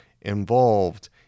involved